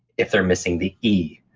if they're missing the e,